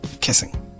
Kissing